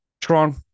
Tron